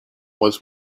was